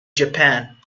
japan